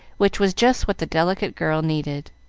which was just what the delicate girl needed.